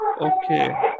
Okay